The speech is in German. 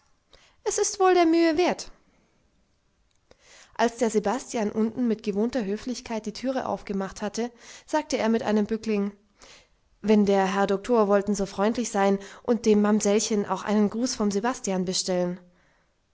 es ist wohl der mühe wert als der sebastian unten mit gewohnter höflichkeit die türe aufgemacht hatte sagte er mit einem bückling wenn der herr doktor wollten so freundlich sein und dem mamsellchen auch einen gruß vom sebastian bestellen